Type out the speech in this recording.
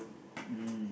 mm